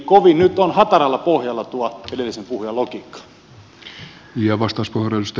kovin on nyt hataralla pohjalla edellisen puhujan logiikka